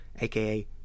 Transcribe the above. aka